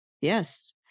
Yes